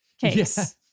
case